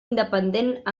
independent